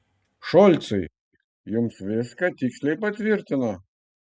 šolcai jums viską tiksliai patvirtino